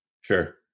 Sure